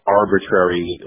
arbitrary